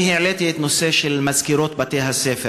אני העליתי את הנושא של מזכירות בתי-הספר,